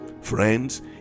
Friends